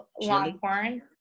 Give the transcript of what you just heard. Longhorn